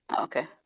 okay